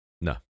No